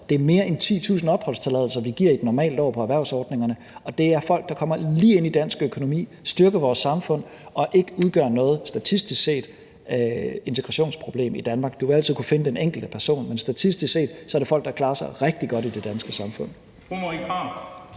Det er mere end 10.000 opholdstilladelser, vi giver på et normalt år på erhvervsordningerne, og det er folk, der kommer lige ind i dansk økonomi, styrker vores samfund og statistisk set ikke udgør noget integrationsproblem i Danmark. Man vil altid kunne finde en enkelt person, men statistisk set er det folk, der klarer sig rigtig godt i det danske samfund.